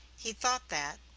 he thought that,